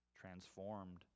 transformed